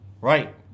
Right